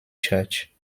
church